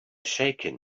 shaken